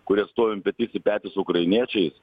kurie stovim petys į petį su ukrainiečiais